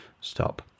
stop